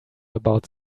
about